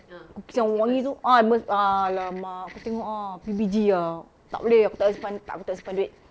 cookies yang wangi itu ah Amos !alamak! kau tengok ah B_B_G ah tak boleh aku tak boleh simpan aku tak simpan duit